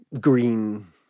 green